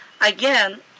again